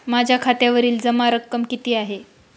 माझ्या खात्यावरील जमा रक्कम किती आहे?